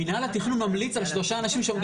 מינהל התכנון ממליץ על שלושה אנשים שעומדים